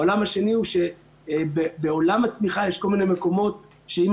העולם השני הוא שבעולם הצמיחה יש כל מיני מקומות שאם